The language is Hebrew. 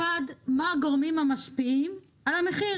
אחד, מה הגורמים המשפיעים על המחיר.